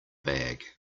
bag